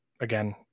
Again